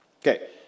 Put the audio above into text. Okay